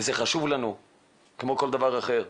זה חשוב לנו כמו כל דבר אחר,